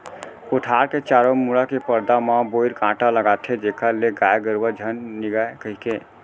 कोठार के चारों मुड़ा के परदा म बोइर कांटा लगाथें जेखर ले गाय गरुवा झन निगय कहिके